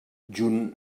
junt